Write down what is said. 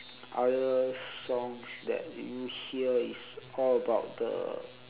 other songs that you hear is all about the